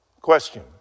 Question